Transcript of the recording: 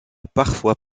parfois